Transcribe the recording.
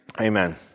Amen